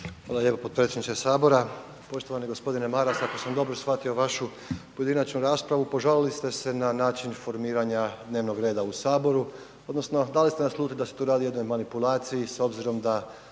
Hvala lijepo potpredsjedniče Sabora. Poštovani g. Maras, ako sam dobro shvatio vašu pojedinačnu raspravu, požalili ste se na način formiranja dnevnog reda u Saboru odnosno dali ste naslutiti da se tu radi o jednoj manipulaciji s obzirom da